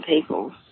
people